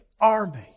army